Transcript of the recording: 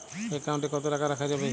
Account কত টাকা রাখা যাবে?